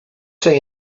say